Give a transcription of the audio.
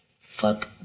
fuck